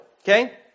Okay